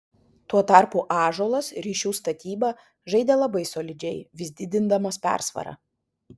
tuo tarpu ąžuolas ryšių statyba žaidė labai solidžiai vis didindamas persvarą